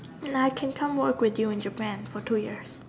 and I can come work with you in Japan for two year